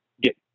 get